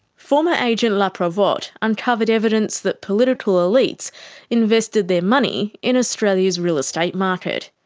former agent laprevotte uncovered evidence that political elites invested their money in australia's real estate market.